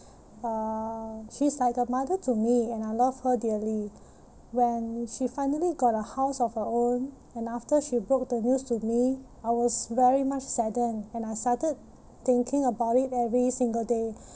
uh she's like a mother to me and I love her dearly when she finally got a house of her own and after she broke the news to me I was very much saddened and I started thinking about it every single day